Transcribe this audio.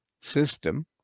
system